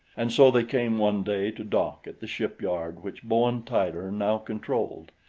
and so they came one day to dock at the shipyard which bowen tyler now controlled,